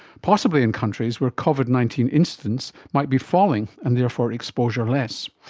possibly in countries where covid nineteen instance might be falling and therefore exposure less.